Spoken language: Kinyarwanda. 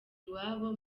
iwabo